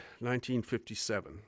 1957